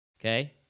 Okay